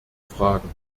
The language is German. fragen